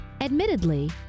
Admittedly